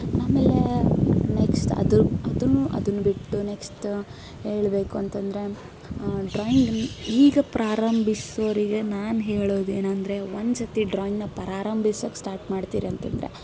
ಆಮೇಲೇ ನೆಕ್ಸ್ಟ್ ಅದ್ರ ಅದನ್ನು ಅದನ್ನು ಬಿಟ್ಟು ನೆಕ್ಸ್ಟ್ ಹೇಳಬೇಕು ಅಂತ ಅಂದ್ರೆ ಡ್ರಾಯಿಂಗನ್ನು ಈಗ ಪ್ರಾರಂಭಿಸೋರಿಗೆ ನಾನು ಹೇಳೋದೇನೆಂದ್ರೆ ಒಂದು ಸರ್ತಿ ಡ್ರಾಯಿಂಗ್ನ ಪ್ರಾರಂಭಿಸೋಕೆ ಸ್ಟಾಟ್ ಮಾಡ್ತೀರಿ ಅಂತ ಅಂದ್ರೆ